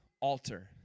altar